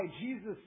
Jesus